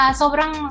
sobrang